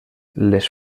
les